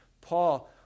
Paul